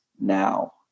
now